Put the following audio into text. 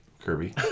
Kirby